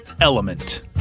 Element